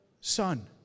Son